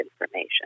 information